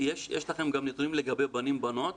יש לכם גם נתונים לגבי בנים/בנות?